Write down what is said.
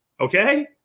Okay